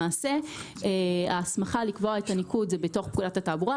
למעשה ההסמכה לקבוע את הניקוד היא לקבוע בתוך פקודת התעבורה.